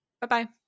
Bye-bye